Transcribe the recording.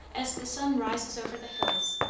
as the sun rises over the hills,